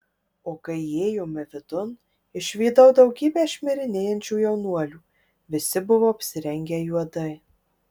o kai įėjome vidun išvydau daugybę šmirinėjančių jaunuolių visi buvo apsirengę juodai